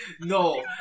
no